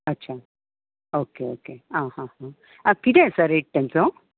अच्छा okay okay कितें आसा रेट तांचो